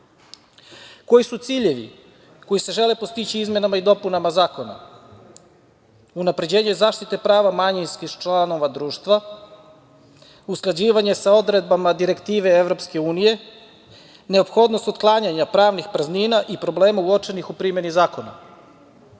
EU.Koji su ciljevi koji se žele postići izmenama i dopunama zakona? Unapređenje zaštite prava manjinskih članova društva, usklađivanje sa odredbama direktive EU, neophodnost otklanjanja pravnih praznina i problema uočenih u primeni zakona. Koje